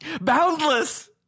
boundless